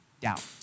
doubt